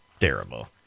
terrible